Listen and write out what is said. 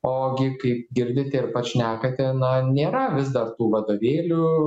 ogi kaip girdite ir pats šnekate na nėra vis dar tų vadovėlių